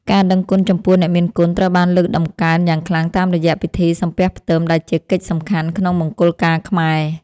ការដឹងគុណចំពោះអ្នកមានគុណត្រូវបានលើកតម្កើងយ៉ាងខ្លាំងតាមរយៈពិធីសំពះផ្ទឹមដែលជាកិច្ចសំខាន់ក្នុងមង្គលការខ្មែរ។